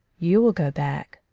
you will go back.